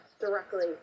directly